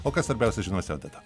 o kas svarbiausia žiniose odeta